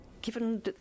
Given